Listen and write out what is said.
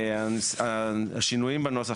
השינויים בנוסח